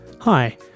Hi